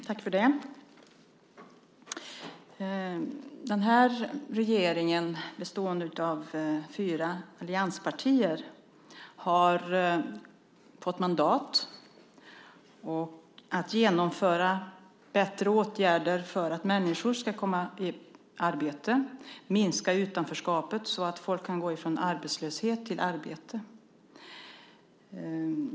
Fru talman! Den här regeringen, bestående av fyra allianspartier, har fått mandat att genomföra åtgärder för att människor ska komma i arbete, minska utanförskapet så att folk kan gå från arbetslöshet till arbete.